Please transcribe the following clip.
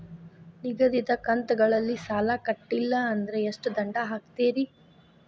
ನಿಗದಿತ ಕಂತ್ ಗಳಲ್ಲಿ ಸಾಲ ಕಟ್ಲಿಲ್ಲ ಅಂದ್ರ ಎಷ್ಟ ದಂಡ ಹಾಕ್ತೇರಿ?